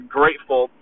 grateful